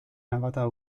navata